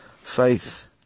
faith